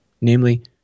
Namely